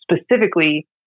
specifically